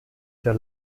der